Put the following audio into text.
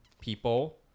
people